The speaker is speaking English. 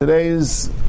Today's